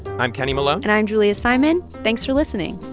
i'm kenny malone and i'm julia simon. thanks for listening